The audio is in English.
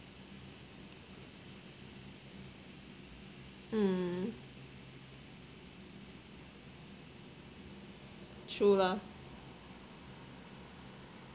mm true lah